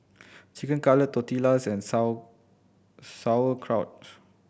Chicken Cutlet Tortillas and Sauerkraut